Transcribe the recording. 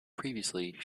previously